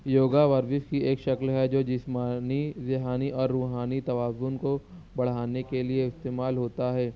یوگا ورزش کی ایک شکل ہے جو جسمانی ذہنی اور روحانی توازن کو بڑھانے کے لیے استعمال ہوتا ہے